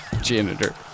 janitor